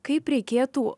kaip reikėtų